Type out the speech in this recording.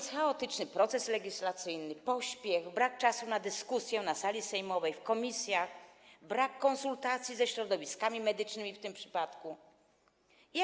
To chaotyczny proces legislacyjny, pośpiech, brak czasu na dyskusję na sali sejmowej, w komisjach, brak konsultacji ze środowiskami, w tym przypadku medycznymi.